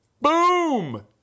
BOOM